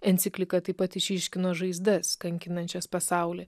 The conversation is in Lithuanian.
enciklika taip pat išryškino žaizdas kankinančias pasaulį